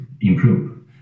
improve